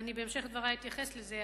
ובהמשך דברי אתייחס לזה.